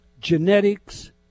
Genetics